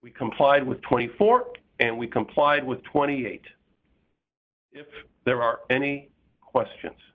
we complied with twenty four and we complied with twenty eight if there are any questions